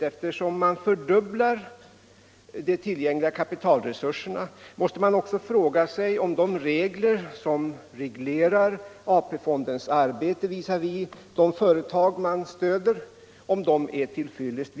Eftersom man fördubblar de tillgängliga kapitalresurserna måste man också fråga sig om de regler som reglerar AP-fondens arbete visavi de företag man stöder är till fyllest.